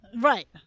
right